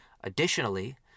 Additionally